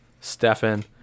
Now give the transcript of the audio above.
Stefan